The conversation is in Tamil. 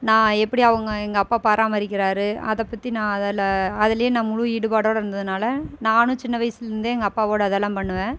நான் எப்படி அவங்க எங்கள் அப்பா பராமரிக்கிறாரு அதை பற்றி நான் அதில் அதிலயே நான் முழு ஈடுபாட்டோட இருந்ததினால நானும் சின்ன வயசுலேந்தே எங்கள் அப்பாவோட அதல்லாம் பண்ணுவேன்